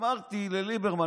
אמרתי לליברמן,